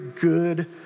good